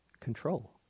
control